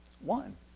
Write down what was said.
One